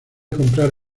comprar